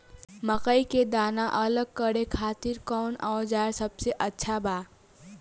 मकई के दाना अलग करे खातिर कौन औज़ार सबसे अच्छा बा?